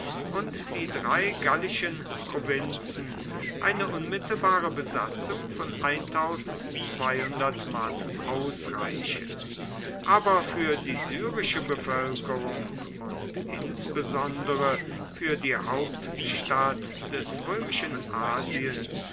und die drei gallischen provinzen eine unmittelbare besatzung von mann ausreiche aber für die syrische bevölkerung und insbesondere für die hauptstadt des römischen asiens